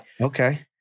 Okay